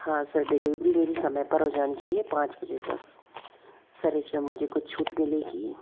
हाँ sir delivery मेरी समय पर हो जानी चाहिए पाँच बजे तक सर इसमें मुझे कुछ छूट मिलेगी